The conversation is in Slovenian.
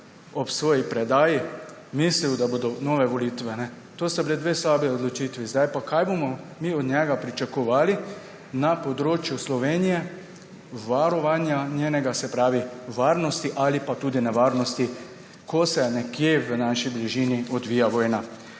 ob svoji predaji mislil, da bodo nove volitve. To sta bili dve slabi odločitvi. Kaj bomo mi od njega pričakovali na področju Slovenije, njenega varovanja, se pravi varnosti ali pa tudi nevarnosti, ko se nekje v naši bližini odvija vojna?